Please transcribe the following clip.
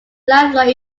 lifelong